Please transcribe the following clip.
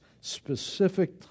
specific